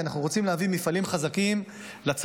כי אנחנו רוצים להביא מפעלים חזקים לצפון,